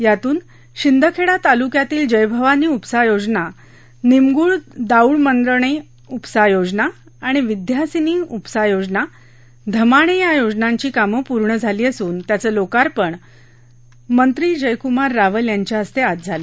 यातून शिंदखेडा तालुक्यातील जयभवानी उपसा योजना निमगूळ दाऊळ मंदाणे उपसा योजना आणि विंध्यासिनी उपसा योजना धमाणे या योजनेची कामे पूर्ण झाली असून त्याचे लोकार्पण मंत्री जय कुमार रावल यांच्या हस्ते आज करण्यात आलं